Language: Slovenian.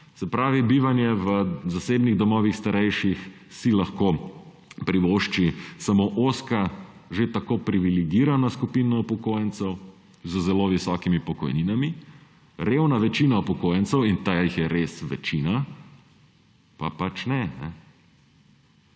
Se pravi, bivanje v zasebnih domovih starejših si lahko privošči samo ozka že tako privilegirana skupina upokojencev z zelo visokimi pokojninami. Revna večina upokojencev, in ta jih je res večina, pa pač ne.